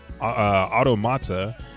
Automata